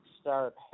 start